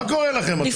מה קורה לכם, אתם?